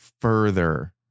further